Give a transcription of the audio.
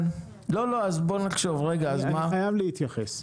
אני חייב להתייחס.